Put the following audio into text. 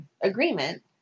agreement